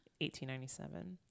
1897